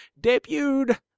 debuted